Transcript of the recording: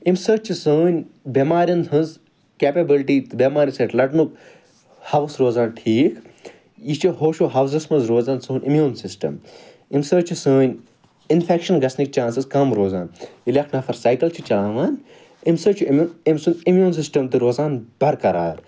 اَمہِ سۭتۍ چھِ سٲنۍ بیٚماریٚن ہنٛز کیٚپیبٕلٹی بیٚماریٚن سۭتۍ لَڑنُک حواس روزان ٹھیٖک یہِ چھُ ہوش و حواسَس مَنٛز روزان سون امیٛوٗن سِسٹَم اَمہِ سۭتۍ چھِ سٲنۍ اِنفیٚکشَن گَژھنٕکۍ چانسِز کم روزان ییٚلہِ اکھ نفر سایکَل چھُ چَلاوان اَمہِ سۭتۍ چھُ أمۍ سُنٛد امیٛوٗن سِسٹَم تہِ روزان برقرار